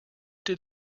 did